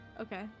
Okay